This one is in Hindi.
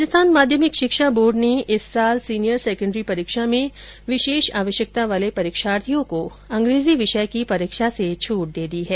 राजस्थान माध्यमिक शिक्षा बोर्ड ने इस साल सीनियर सैकेण्डरी परीक्षा में विशेष आवश्यकता वाले परीक्षार्थियों को अंग्रेजी विषय की परीक्षा से छूट दे दी है